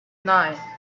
nine